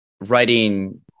writing